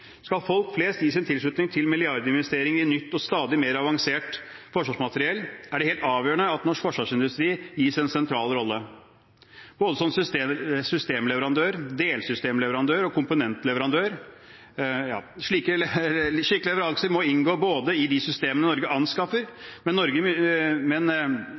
Skal folk flest gi sin tilslutning til milliardinvesteringer i nytt og stadig mer avansert forsvarsmateriell, er det helt avgjørende at norsk forsvarsindustri gis en sentral rolle, både som systemleverandør, delsystemleverandør og komponentleverandør. Slike leveranser må inngå i de systemene Norge anskaffer, men